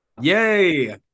Yay